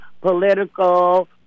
political